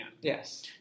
Yes